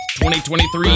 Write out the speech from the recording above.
2023